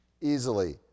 Easily